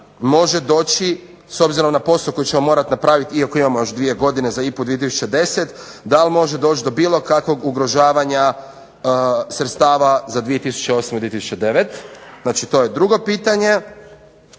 može doći s obzirom na posao koji ćemo morat napravit iako imamo još dvije godine za IPA-u 2010, dal može doći do bilo kakvog ugrožavanja sredstava za 2008 i 2009. Znači to je drugo pitanje